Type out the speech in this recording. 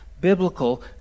biblical